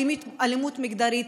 אלימות מגדרית,